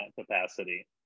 capacity